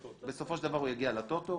בסופו של דבר הוא יגיע לטוטו,